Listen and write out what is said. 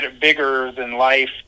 bigger-than-life